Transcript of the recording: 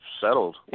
settled